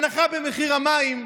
הנחה במחיר המים.